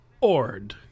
ord